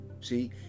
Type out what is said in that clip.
See